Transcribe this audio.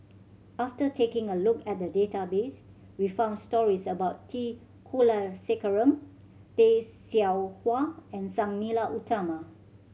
after taking a look at the database we found stories about T Kulasekaram Tay Seow Huah and Sang Nila Utama